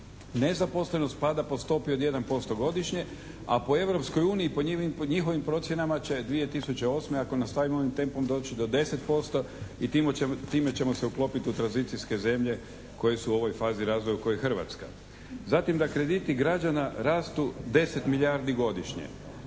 Nezaposlenost pada po stopi od 1% godišnje, a po Europskoj uniji, po njihovim procjenama će 2008. ako nastavimo ovim tempom doći do 10% i time ćemo se uklopiti u tranzicijske zemlje koje su u ovoj fazi razvoja u kojoj je Hrvatska. Zatim da krediti građana rastu 10 milijardi godišnje.